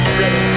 ready